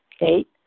Eight